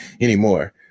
anymore